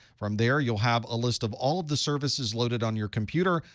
from there, you'll have a list of all of the services loaded on your computer,